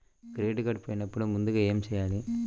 Credit card పోయినపుడు ముందుగా ఏమి చేయాలి?